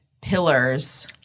pillars